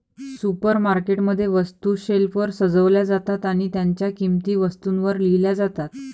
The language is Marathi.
सुपरमार्केट मध्ये, वस्तू शेल्फवर सजवल्या जातात आणि त्यांच्या किंमती वस्तूंवर लिहिल्या जातात